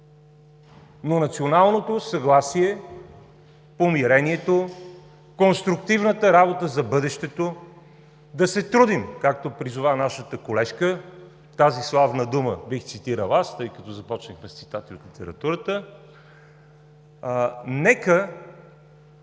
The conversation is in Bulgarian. но националното съгласие, помирението, конструктивната работа за бъдещето – да се трудим, както призова нашата колежка, тази славна дума бих цитирал аз, тъй като започнахте с цитати от литературата, нека